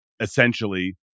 essentially